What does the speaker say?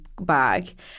bag